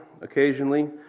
occasionally